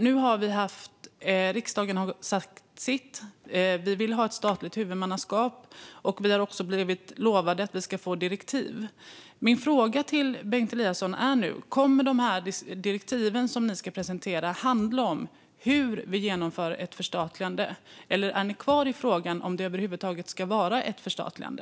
Nu har riksdagen sagt sitt: Vi vill ha ett statligt huvudmannaskap. Vi har också blivit lovade att vi ska få direktiv. Min fråga till Bengt Eliasson är: Kommer de direktiv som ni nu ska presentera att handla om hur vi genomför ett förstatligande, eller är ni kvar i frågan om det över huvud taget ska vara ett förstatligande?